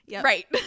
Right